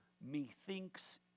methinks